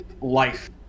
life